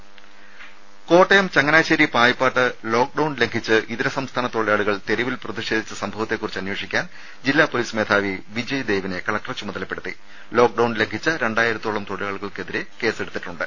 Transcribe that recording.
ദേദ Kottayam Changanassery Payippad lockdown ലംഘിച്ച് ഇതര സംസ്ഥാന തൊഴിലാളികൾ തെരുവിൽ പ്രതിഷേധിച്ച സംഭവത്തെക്കുറിച്ച് അന്വേഷിക്കാൻ ജില്ലാപൊലീസ് മേധാവി വിജയ്ദേവിനെ കളക്ടർ ചുമതലപ്പെടുത്തി ലോക്ക്ഡൌൺ ലംഘിച്ച രണ്ടായിരത്തോളം തൊഴിലാളികൾക്കെതിരെ കേസെടുത്തിട്ടുണ്ട്